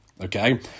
Okay